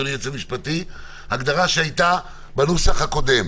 אדוני היועץ המשפטי שהייתה בנוסח הקודם,